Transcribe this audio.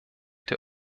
der